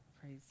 Praise